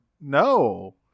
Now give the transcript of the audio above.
no